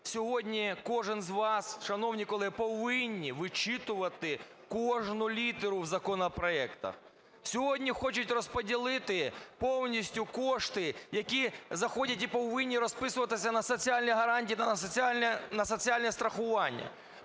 Сьогодні кожен з вас, шановні колеги, повинні вичитувати кожну літеру законопроекту. Сьогодні хочуть розподілити повністю кошти, які заходять і повинні розписуватися на соціальні гарантії та на соціальне страхування.